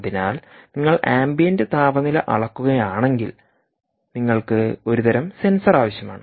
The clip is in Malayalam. അതിനാൽ നിങ്ങൾ ആംബിയന്റ് താപനില അളക്കുകയാണെങ്കിൽ നിങ്ങൾക്ക് ഒരു തരം സെൻസർ ആവശ്യമാണ്